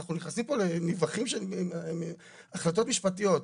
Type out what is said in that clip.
אנחנו נכנסים פה להחלטות משפטיות.